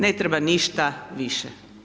Ne treba ništa više.